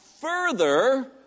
further